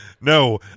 no